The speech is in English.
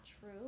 true